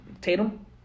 Tatum